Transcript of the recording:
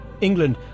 England